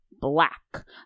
black